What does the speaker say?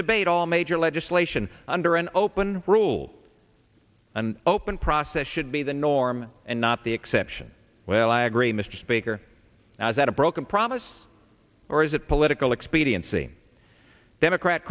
debate all major legislation under an open rule an open process should be the norm and not the exception well i agree mr speaker now is that a broken promise or is it political expediency democrat